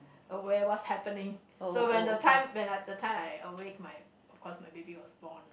aware what's happening so when the time when I had the time I awake my of course my baby was born